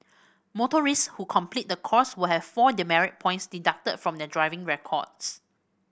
motorists who complete the course will have four demerit points deducted from their driving records